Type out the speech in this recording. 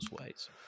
ways